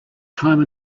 time